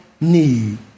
need